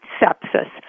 sepsis